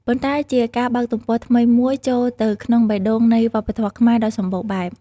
ប៉ុន្តែជាការបើកទំព័រថ្មីមួយចូលទៅក្នុងបេះដូងនៃវប្បធម៌ខ្មែរដ៏សម្បូរបែប។